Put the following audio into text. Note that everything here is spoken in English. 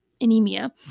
anemia